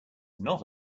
not